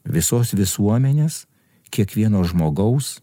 visos visuomenės kiekvieno žmogaus